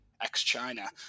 ex-China